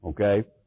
okay